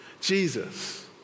Jesus